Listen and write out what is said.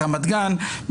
ברמת גן,